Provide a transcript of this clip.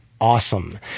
awesome